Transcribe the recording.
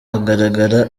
agaragara